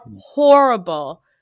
horrible